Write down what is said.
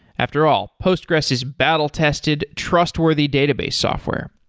after all, postgressql is battle-tested, trustworthy database software